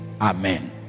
Amen